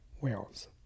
whales